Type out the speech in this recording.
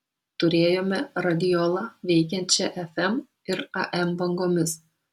turėjome radiolą veikiančią fm ir am bangomis